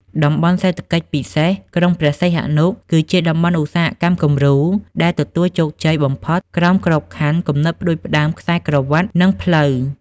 តំបន់សេដ្ឋកិច្ចពិសេសក្រុងព្រះសីហនុ គឺជាតំបន់ឧស្សាហកម្មគំរូដែលទទួលជោគជ័យបំផុតក្រោមក្របខ័ណ្ឌ គំនិតផ្ដួចផ្ដើមខ្សែក្រវាត់ និងផ្លូវ។